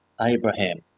Abraham